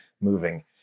moving